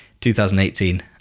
2018